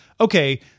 Okay